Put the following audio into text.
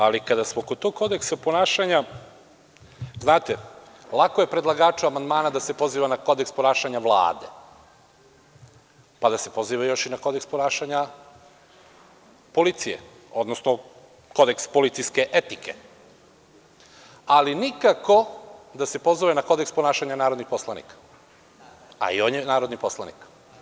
Ali, kada smo kod tog kodeksa ponašanja, znate, lako je predlagaču amandmana da se poziva na kodeks ponašanja Vlade, pa da se poziva još i na kodeks ponašanja policije, odnosno kodeks policijske etike, ali nikako da se pozove na kodeks ponašanja narodnih poslanika, a i on je narodni poslanik.